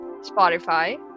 Spotify